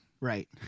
Right